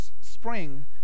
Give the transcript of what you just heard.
spring